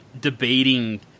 debating